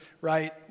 right